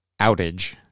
outage